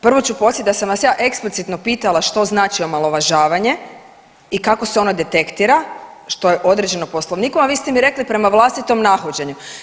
Prvo ću podsjetiti da sam vas ja eksplicitno pitala što znači omalovažavanje i kako se ono detektira što je određeno Poslovnikom, a vi ste mi rekli prema vlastitom nahođenju.